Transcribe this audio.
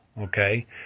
Okay